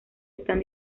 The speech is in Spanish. están